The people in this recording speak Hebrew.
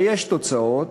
ויש תוצאות,